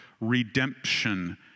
redemption